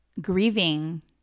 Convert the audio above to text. grieving